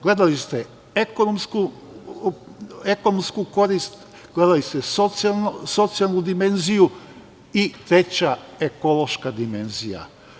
Gledali ste ekonomsku korist, gledali ste socijalnu dimenziju i treća ekološka dimenzija.